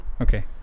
Okay